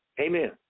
Amen